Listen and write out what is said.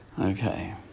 Okay